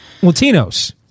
Latinos